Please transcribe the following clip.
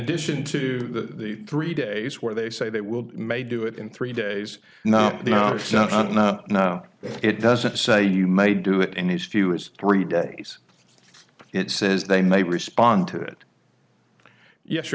addition to the three days where they say they will may do it in three days now it doesn't say you may do it in his few is three days but it says they may respond to it yes you